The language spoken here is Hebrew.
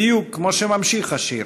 בדיוק כמו שממשיך השיר: